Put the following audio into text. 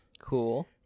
Cool